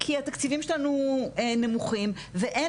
כי התקציבים שלנו נמוכים ואין